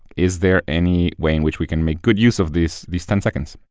is there any way in which we can make good use of these these ten seconds?